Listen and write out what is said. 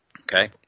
Okay